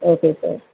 okay sir